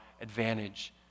advantage